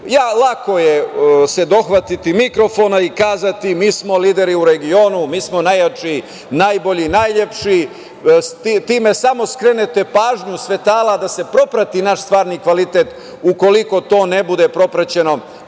Lako je dohvatiti se mikrofona i kazati mi smo lideri u regionu, mi smo najjači, najbolji, najlepši. Time samo skrenete pažnju svetala da se proprati naš stvarni kvalitet, ukoliko to ne bude propraćeno